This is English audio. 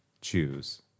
choose